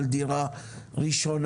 על דירה ראשונה.